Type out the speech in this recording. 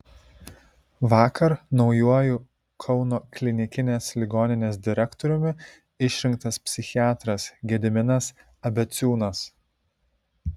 vakar naujuoju kauno klinikinės ligoninės direktoriumi išrinktas psichiatras gediminas abeciūnas